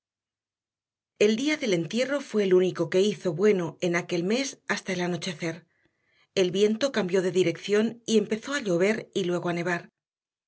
el día del entierro fue el único que hizo bueno aquel mes hasta el anochecer el viento cambió de dirección y empezó a llover y luego a nevar